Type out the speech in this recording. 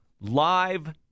live